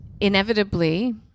inevitably